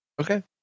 Okay